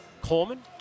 Coleman